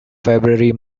february